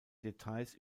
details